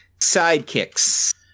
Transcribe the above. sidekicks